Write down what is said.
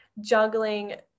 juggling